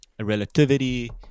relativity